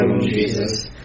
Jesus